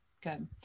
Good